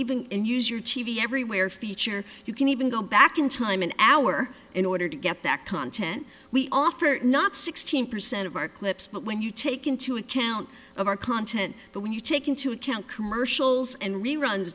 even use your t v everywhere feature you can even go back in time an hour in order to get that content we offer not sixteen percent of our clips but when you take into account of our content but when you take into account commercials and reruns